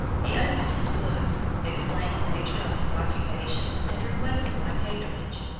he opened his books, explained the nature of his occupations, and requested my patronage.